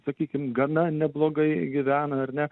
sakykim gana neblogai gyvena ar ne